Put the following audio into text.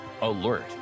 alert